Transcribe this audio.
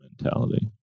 mentality